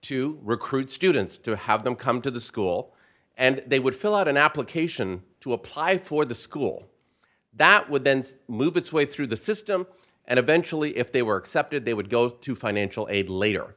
to recruit students to have them come to the school and they would fill out an application to apply for the school that would then move its way through the system and eventually if they were accepted they would go to financial aid later